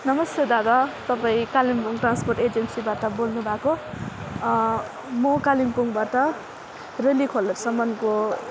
नमस्ते दादा तपाईँ कालिम्पोङ ट्रान्सपोर्ट एजेन्सीबाट बोल्नु भएको हो म कालिम्पोङबाट रेलीखोलासम्मको